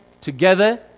Together